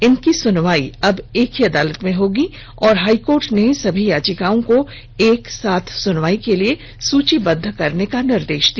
इनकी सुनवाई अब एक ही अदालत में होगी और हाईकोर्ट ने सभी याचिकाओं को एक साथ सुनवाई के लिए सूचीबद्व करने का निर्देश दिया